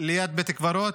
ליד בית הקברות,